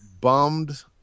bummed